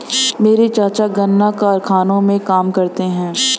मेरे चाचा गन्ना कारखाने में काम करते हैं